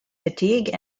fatigue